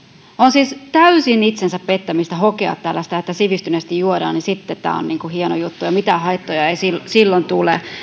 siis täysin itsensä pettämistä hokea tällaista että sivistyneesti juodaan ja sitten tämä on niin kuin hieno juttu ja mitään haittoja ei silloin tule